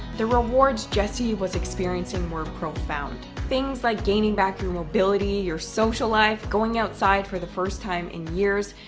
the rewards jesse was experiencing were profound, things like gaining back your mobility, your social life, life, going outside for the first time in years.